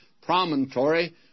promontory